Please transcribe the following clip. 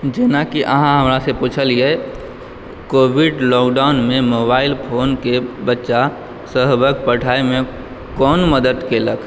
जेनाकि अहाँ हमरासँ पुछलियै कोविड लॉकडाउनमे मोबाइल फोनके बच्चासभक पढ़ाइमे कोन मदद केलक